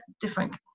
different